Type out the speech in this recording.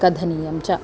कथ नीयं च